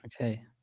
okay